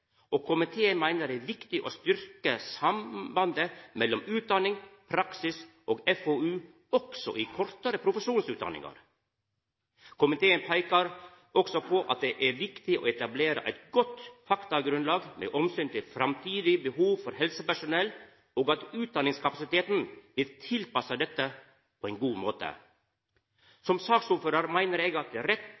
og komiteen meiner det er viktig å styrkja sambandet mellom utdanning, praksis og FoU også i kortare profesjonsutdanningar. Komiteen peikar også på at det er viktig å etablera eit godt faktagrunnlag med omsyn til framtidig behov for helsepersonell, og at utdanningskapasiteten blir tilpassa dette på ein god måte. Som saksordførar meiner eg at det er rett